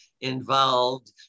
involved